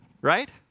right